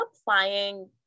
applying